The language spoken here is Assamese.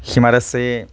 হীমা দাসে